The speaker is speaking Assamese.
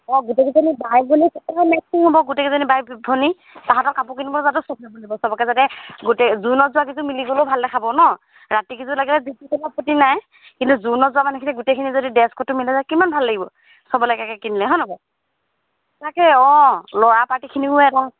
অঁ গোটেইকেইজনী বাই ভনী কেনেকুৱা মেটচিং হ'ব গোটেইকেইজনী বাই ভনী তাহাঁতৰ কাপোৰ কিনিব যাওতেও কৈ পঠিয়াব লাগিব সবকে যাতে গোটেই জোৰোণত যোৱাকেইযোৰ মিলি গ'লেও ভাল দেখাব নহ্ ৰাতি কেইযোৰ লাগে যি টি ল'লেও আপত্তি নাই কিন্তু জোৰোণত যোৱা মানুহখিনি যদি গোটেইখিনি যদি ড্ৰেছ কডটো মিলাই যায় কিমান ভাল লাগিব সবলৈকে একে একে কিনিলে হয়নে বাৰু তাকে অঁ ল'ৰা পাৰ্টীখিনিও এটা